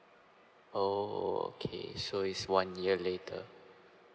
oh oh okay so it's one year later